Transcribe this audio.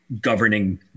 governing